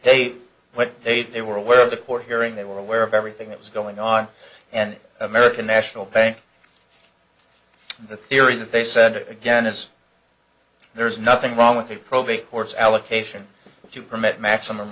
they what they were aware of the court hearing they were aware of everything that was going on and american national bank the theory that they said it again is there is nothing wrong with the probate courts allocation to permit maximum